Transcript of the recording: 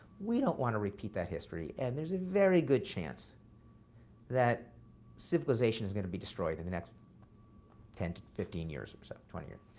we don't want to repeat that history, and there's a very good chance that civilization is going to be destroyed in the next ten to fifteen years, twenty years.